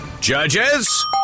Judges